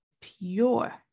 pure